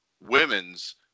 women's